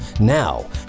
now